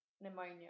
pneumonia